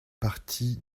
partie